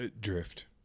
Drift